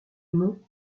nom